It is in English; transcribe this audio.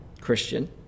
christian